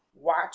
watch